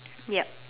yup